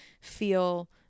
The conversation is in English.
feel